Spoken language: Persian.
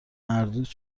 مردود